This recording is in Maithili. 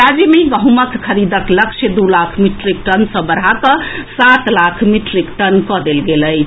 राज्य मे गहुंमक खरीदक लक्ष्य दू लाख मीट्रिक टन सँ बढ़ा कँ सात लाख मीट्रिक टन कऽ देल गेल अछि